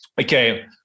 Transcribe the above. okay